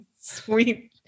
sweet